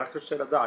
אני רק רוצה לדעת.